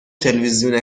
تلویزیون